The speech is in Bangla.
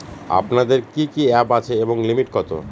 আপনাদের কি কি অ্যাপ আছে এবং লিমিট কত?